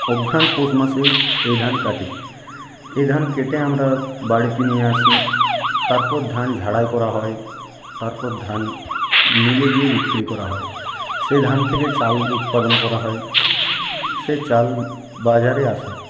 অগ্রহায়ণ পৌষ মাসে এই ধান কাটি এই ধান কেটে আমরা বাড়িতে নিয়ে আসি তারপর ধান ঝাড়াই করা হয় তারপর ধান মিলে গিয়ে বিক্রি করা হয় সে ধান থেকে চাল উৎপাদন করা হয় সে চাল বাজারে আসে